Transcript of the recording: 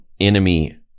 enemy